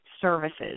services